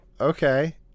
okay